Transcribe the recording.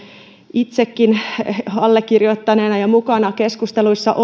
itsekin allekirjoittaneena ja mukana keskusteluissa